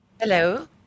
Hello